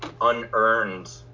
unearned